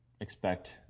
expect